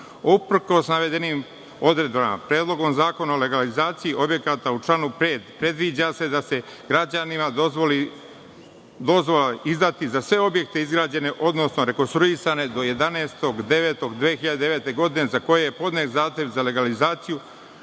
navedenim odredbama, Predlogom zakona o legalizaciji objekata u članu 5. se predviđa da se građanima izda dozvola za sve objekte izgrađene odnosno rekonstruisane do 11.9.2009. godine za koje je podnet zahtev za legalizaciju